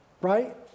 right